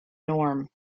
norm